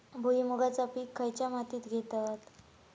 भुईमुगाचा पीक खयच्या मातीत घेतत?